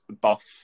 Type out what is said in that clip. buff